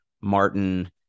Martin